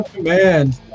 man